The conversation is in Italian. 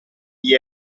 degli